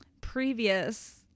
previous